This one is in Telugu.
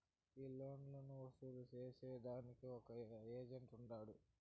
ఈ లోన్లు వసూలు సేసేదానికి ఒక ఏజెంట్ ఉంటాడు